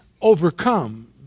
overcome